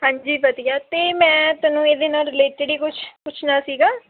ਹਾਂਜੀ ਵਧੀਆ ਅਤੇ ਮੈਂ ਤੈਨੂੰ ਇਹਦੇ ਨਾਲ ਰਿਲੇਟਿਡ ਹੀ ਕੁਛ ਪੁੱਛਣਾ ਸੀਗਾ